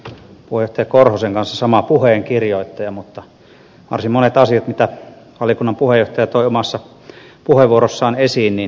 martti korhosen kanssa sama puheenkirjoittaja mutta varsin monet asiat mitä valiokunnan puheenjohtaja toi omassa puheenvuorossaan esiin voin jakaa